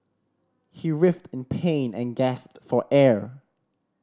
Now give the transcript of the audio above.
he writhed in pain and gasped for air